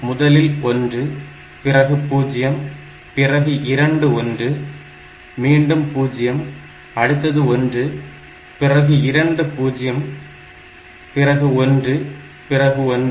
முதலில் 1 பிறகு 0 பிறகு இரண்டு 1 மீண்டும் 0 அடுத்து 1 பிறகு இரண்டு 0 பிறகு 1 பிறகு 1